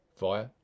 via